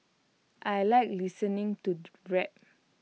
I Like listening to rap